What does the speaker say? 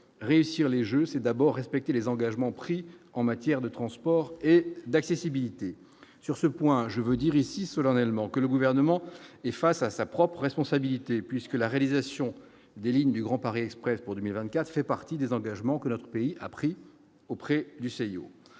réussir les Jeux, c'est d'abord respecter les engagements pris en matière de transport et d'accessibilité sur ce point, je veux dire ici solennellement que le gouvernement est face à sa propre responsabilité, puisque la réalisation des lignes du Grand Paris Express pour 2024 fait partie des engagements que notre pays a pris auprès du CIO,